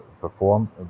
perform